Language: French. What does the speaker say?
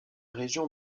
région